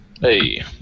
Hey